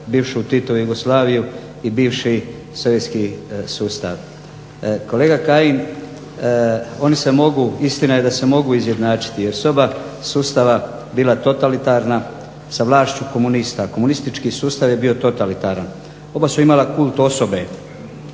bivšu Titovu Jugoslaviju i bivši Sovjetski sustav. Kolega Kajin, oni se mogu, istina je da se mogu izjednačiti, jer su oba sustava bila totalitarna, sa vlašću komunista, a komunistički sustav je bio totalitaran, oba su imala kult osobe,